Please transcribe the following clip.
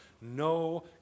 no